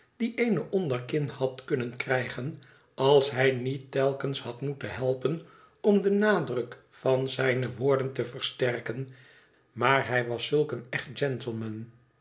die eene onderkin had kunnen krijgen als zij niet telkens had moeten helpen om den nadruk van zijne woorden te versterken maar hij was zulk een